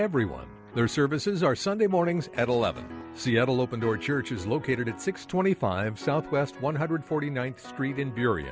everyone their services are sunday mornings at eleven seattle open door church is located at six twenty five south west one hundred forty ninth street in